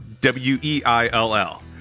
W-E-I-L-L